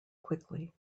quickly